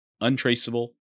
untraceable